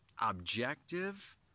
objective